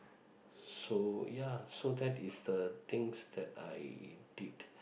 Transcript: so ya so that is the things that I did